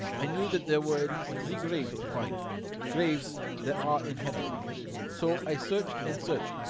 i knew that there were at least three graves to find graves that are inhabit so i search, and search,